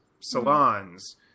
salons